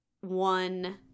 one